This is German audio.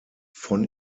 von